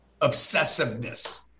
obsessiveness